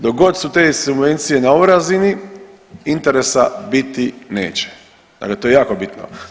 Dok god su te subvencije na ovoj razini interesa biti neće, dakle to je jako bitno.